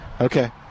Okay